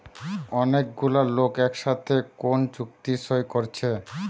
অনেক গুলা লোক একসাথে কোন চুক্তি সই কোরছে